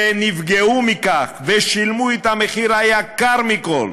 והם נפגעו מכך ושילמו את המחיר היקר מכול.